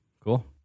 Cool